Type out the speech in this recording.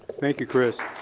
thank you, chris.